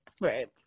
Right